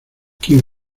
quien